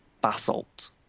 basalt